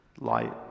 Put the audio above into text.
light